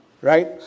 right